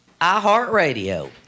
iHeartRadio